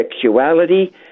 sexuality